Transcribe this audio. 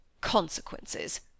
Consequences